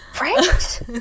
Right